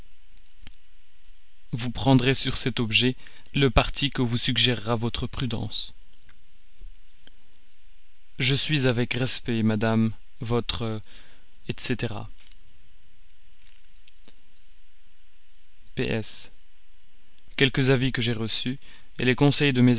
vous prendrez sur cet objet le parti que vous suggérera votre prudence je suis avec respect madame votre etc quelques avis que j'ai reçus les conseils de